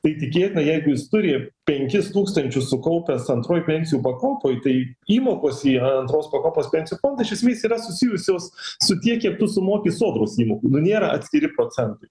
tai tikėtina jeigu jis turi penkis tūkstančius sukaupęs antroj pensijų pakopoj tai įmokos į antros pakopos pensijų fondą iš esmės yra susijusios su tiek kiek tu sumoki sodros įmokų nu nėra atskiri procentai